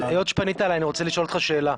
היות שפנית אלי אני רוצה לשאול אותך שאלה,